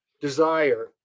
desire